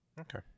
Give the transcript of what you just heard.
Okay